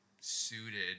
suited